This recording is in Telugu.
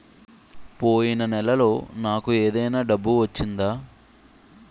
పోయిన నెలలో నాకు ఏదైనా డబ్బు వచ్చిందా?